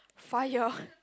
fire